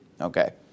Okay